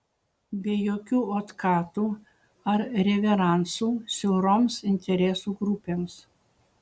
be jokių otkatų ar reveransų siauroms interesų grupėms